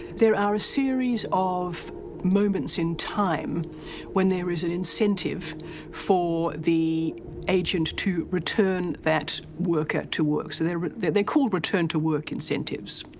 there are a series of moments in time when there is an incentive for the agent to return that worker to work. so, they're they're called return to work incentives.